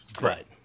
Right